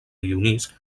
dionís